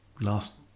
last